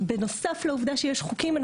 בנוסף לעובדה שיש חוקים,